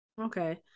okay